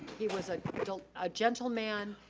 he was a a gentleman,